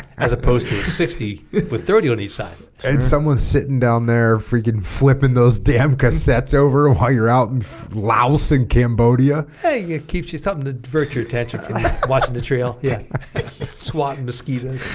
as opposed to a sixty with thirty on each side someone's sitting down there freaking flipping those damn cassettes over ah while you're out in laos in cambodia hey it keeps you something to divert your attention from watching the trail yeah swatting mosquitoes